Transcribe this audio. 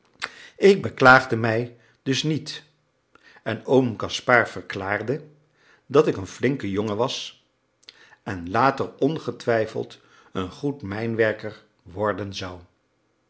ik beklaagde mij dus niet en oom gaspard verklaarde dat ik een flinke jongen was en later ongetwijfeld een goed mijnwerker worden zou